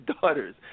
daughters